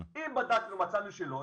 אם בדקנו ומצאנו שלא,